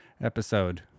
episode